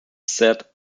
set